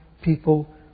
people